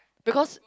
because